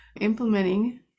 implementing